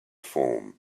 form